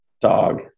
Dog